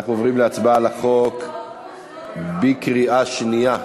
אנחנו עוברים להצבעה על החוק בקריאה שנייה.